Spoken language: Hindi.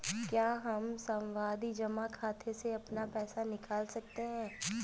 क्या हम सावधि जमा खाते से अपना पैसा निकाल सकते हैं?